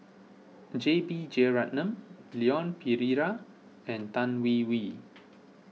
J B Jeyaretnam Leon Perera and Tan Hwee Hwee